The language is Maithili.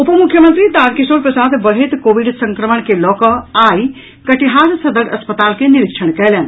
उप मुख्यमंत्री तारकिशोर प्रसाद बढ़ैत कोविड संक्रमण के लऽ कऽ आई कटिहार सदर अस्पताल के निरीक्षण कयलनि